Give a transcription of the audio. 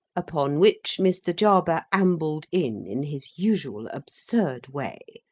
upon which mr. jarber ambled in, in his usual absurd way,